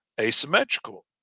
asymmetrical